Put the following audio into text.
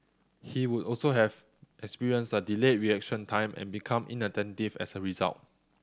he would also have experienced a delayed reaction time and become inattentive as a result